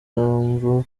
ibikoresho